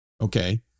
Okay